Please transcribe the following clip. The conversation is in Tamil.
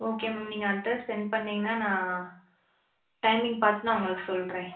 ஓகே மேம் நீங்கள் அட்ரெஸ் சென்ட் பண்ணிங்கன்னால் நான் டைமிங் பார்த்துட்டு நான் உங்களுக்கு சொல்கிறேன்